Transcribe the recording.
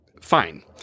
fine